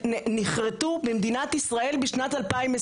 תשתמשו בתקנות לזמן חירום,